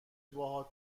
باهات